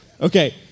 Okay